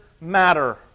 matter